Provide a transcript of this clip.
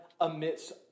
amidst